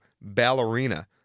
Ballerina